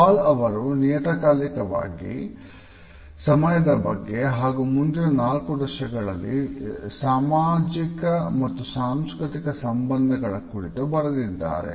ಹಾಲ್ ಅವರು ನಿಯತಕಾಲಿಕವಾಗಿ ಸಮಯದ ಬಗ್ಗೆ ಹಾಗೂ ಮುಂದಿನ ನಾಲ್ಕು ದಶಕಗಳಲ್ಲಿ ಸಾಮಾಜಿಕ ಮತ್ತು ಸಾಂಸ್ಕೃತಿಕ ಸಂಬಂಧಗಳ ಕುರಿತು ಬರೆದಿದ್ದಾರೆ